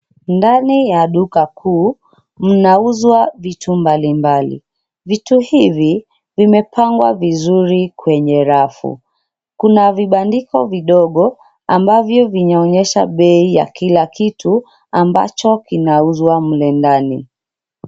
Ndani ya duka kuu, mnauzwa vitu mbalimbali, vitu hivi, vimepangwa vizuri kwenye rafu. Kuna vibandiko vidogo ambavyo vinaonyesha bei ya kila kitu ambacho kinauzwa mle ndani.